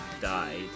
died